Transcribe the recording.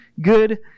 good